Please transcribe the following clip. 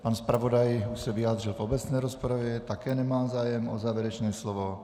Pan zpravodaj už se vyjádřil v obecné rozpravě, také nemá zájem o závěrečné slovo.